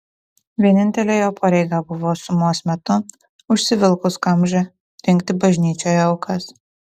vienintelė jo pareiga buvo sumos metu užsivilkus kamžą rinkti bažnyčioje aukas